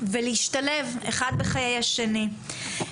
ולהשתלב אחד בחיי השני.